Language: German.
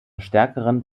stärkeren